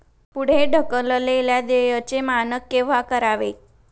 पुढे ढकललेल्या देयचे मानक केव्हा करावे?